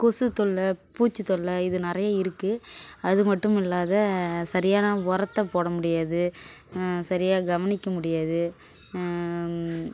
கொசு தொல்லை பூச்சி தொல்லை இது நிறையா இருக்குது அது மட்டும் இல்லாது சரியான உரத்த போட முடியாது சரியாக கவனிக்க முடியாது